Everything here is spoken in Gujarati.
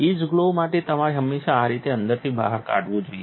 ઇચ ગ્લોવ્સ માટે તમારે હંમેશાં આ રીતે અંદરથી બહાર કાઢવુ જોઈએ